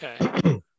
okay